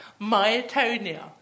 myotonia